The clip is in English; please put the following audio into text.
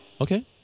Okay